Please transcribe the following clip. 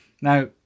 Now